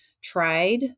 tried